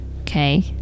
Okay